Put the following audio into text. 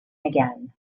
again